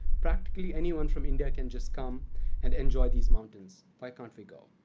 practically anyone from india can just come and enjoy these mountains. why can't we go?